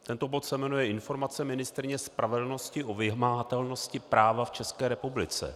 Tento bod se jmenuje Informace ministryně spravedlnosti o vymahatelnosti práva v České republice.